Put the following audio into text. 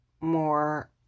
more